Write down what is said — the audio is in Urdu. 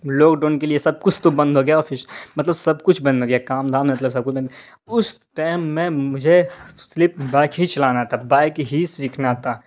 لوک ڈون کے لیے سب کچھ تو بند ہو گیا آفش مطلب سب کچھ بند ہو گیا کام دھام مطلب سب کچھ بند اس ٹیم میں مجھے صرف بائک ہی چلانا تھا بائک ہی سیکھنا تھا